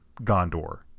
Gondor